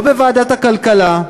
לא בוועדת הכלכלה,